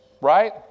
Right